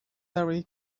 very